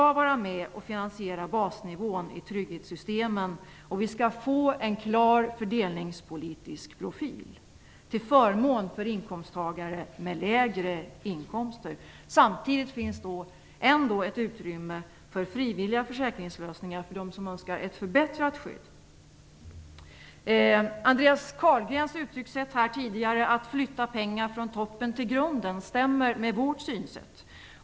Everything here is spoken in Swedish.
Då är alla med och finansierar basnivån i trygghetssystemen. Därigenom får vi också en klar fördelningspolitisk profil till förmån för inkomsttagare med lägre inkomster. Samtidigt lämnas ändå ett utrymme för frivilliga försäkringslösningar för dem som önskar ett förbättrat skydd. Andreas Carlgrens uttryckssätt om att flytta pengar från toppen till grunden stämmer med vårt synsätt.